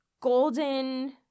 golden